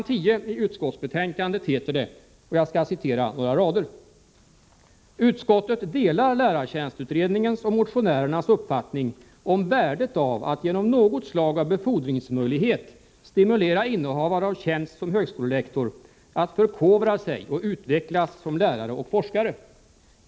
10i utskottsbetänkandet står det: ”Utskottet delar lärartjänstutredningens och motionärernas uppfattning om värdet av att genom något slag av befordringsmöjlighet stimulera innehavare av tjänst som högskolelektor att förkovra sig och utvecklas som lärare och forskare.